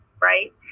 right